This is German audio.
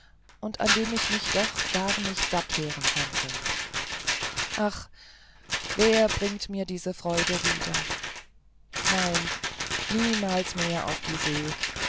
und an dem ich mich doch gar nicht satt hören konnte ach wer bringt mir diese freude wieder nein niemals mehr auf die see